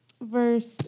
verse